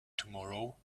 tomorrow